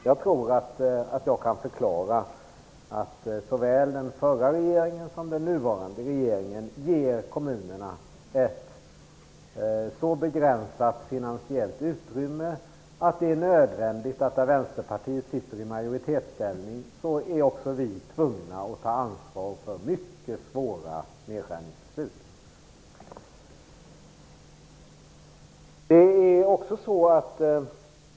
Jag tror att jag kan förklara att den förra regeringen såväl som den nuvarande har givit kommunerna ett så begränsat finansiellt utrymme att det är nödvändigt också för oss, när Vänsterpartiet i majoritetsställning, att ta ansvar för mycket svåra nedskärningsbeslut.